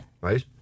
Right